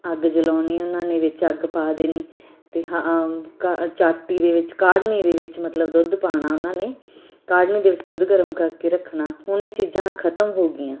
ਅੱਗ ਜਲਾਉਣੀ ਉਹਨਾਂ ਨੇ ਵਿੱਚ ਅੱਗ ਪਾ ਦੇਣੀ ਅਤੇ ਹ ਚਾਟੀ ਦੇ ਵਿੱਚ ਕਾੜ੍ਹਨੀ ਦੇ ਵਿੱਚ ਮਤਲਬ ਦੁੱਧ ਪਾਉਣਾ ਉਹਨਾਂ ਨੇ ਕਾੜ੍ਹਨੀ ਦੇ ਵਿੱਚ ਦੁੱਧ ਗਰਮ ਕਰਕੇ ਰੱਖਣਾ ਹੁਣ ਇਹ ਚੀਜ਼ਾਂ ਖਤਮ ਹੋ ਗਈਆਂ